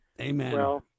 Amen